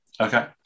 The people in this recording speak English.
okay